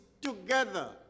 together